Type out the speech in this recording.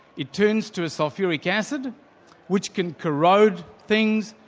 it turns to a sulphuric acid which can corrode things.